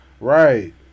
Right